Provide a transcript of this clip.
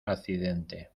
accidente